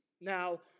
Now